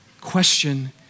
question